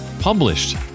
Published